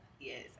yes